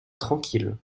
tranquille